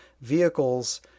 vehicles